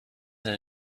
that